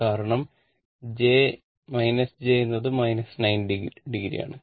കാരണം j j എന്നത് 90o ആണ്